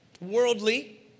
worldly